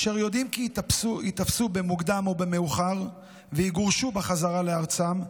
אשר יודעים כי ייתפסו במוקדם או במאוחר ויגורשו בחזרה לארצם,